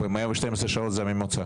ו-112 זה הממוצע?